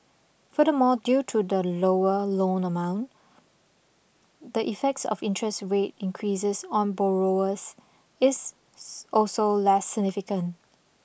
furthermore due to the lower loan amount the effects of interest rate increases on borrowers is also less significant